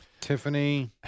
Tiffany